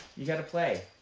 you've got to play.